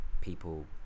people